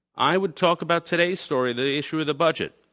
i would talk about today's story, the issue of the budget.